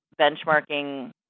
benchmarking